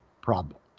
problems